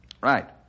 Right